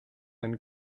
than